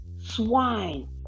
swine